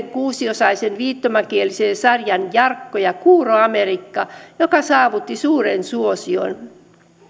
kuusiosaisen viittomakielisen sarjan jarkko ja kuuro amerikka joka saavutti suuren suosion